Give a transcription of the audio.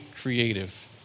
creative